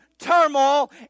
turmoil